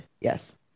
Yes